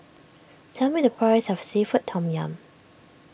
tell me the price of Seafood Tom Yum